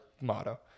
motto